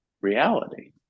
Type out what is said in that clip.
reality